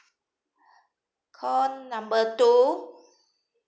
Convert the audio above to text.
call number two